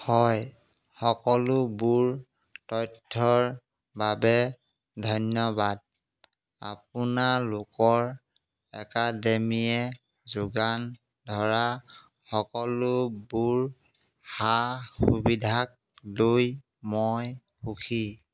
হয় সকলোবোৰ তথ্যৰ বাবে ধন্যবাদ আপোনালোকৰ একাডেমিয়ে যোগান ধৰা সকলোবোৰ সা সুবিধাক লৈ মই সুখী